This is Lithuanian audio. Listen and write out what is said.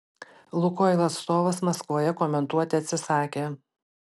lukoil atstovas maskvoje komentuoti atsisakė